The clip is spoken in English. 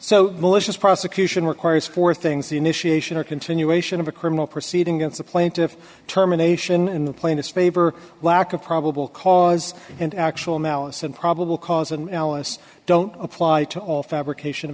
so malicious prosecution requires four things the initiation or continuation of a criminal proceeding against the plaintiff terminations in the plaintiff's favor lack of probable cause and actual malice and probable cause and alice don't apply to all fabrication